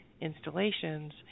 installations